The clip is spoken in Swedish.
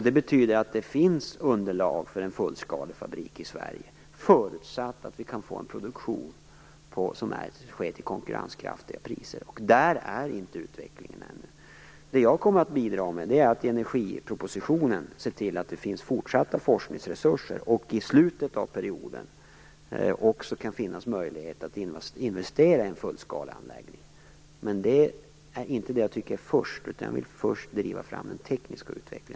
Det betyder att det finns underlag för en fullskalefabrik i Sverige förutsatt att vi kan få en produktion till konkurrenskraftiga priser. Utvecklingen har inte kommit dit ännu. Jag kommer att bidra genom att se till att det i energipropositionen finns fortsatta forskningsresurser och att det i slutet av perioden också kan finnas möjlighet att investera i en fullskaleanläggning. Men jag tycker inte att detta skall ske först, utan jag vill först driva fram den tekniska utvecklingen.